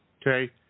Okay